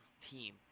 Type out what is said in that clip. team